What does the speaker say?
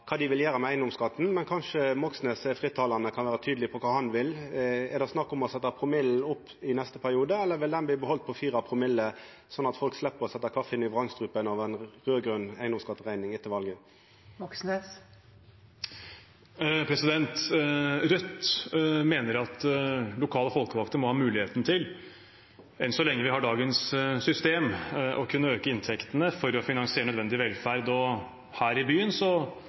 kva dei vil gjera med eigedomsskatten, men kanskje Moxnes, som er fritalande, kan vera tydeleg på kva han vil. Er det snakk om å setja promillen opp i neste periode, eller vil ein behalda 4 promille, sånn at folk slepp å setja kaffien i vrangstrupen av ei raud-grøn eigedomsskatterekning etter valet? Rødt mener at lokale folkevalgte må ha muligheten til – så lenge vi har dagens system – å kunne øke inntektene for å finansiere nødvendig velferd. Her i byen